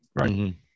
right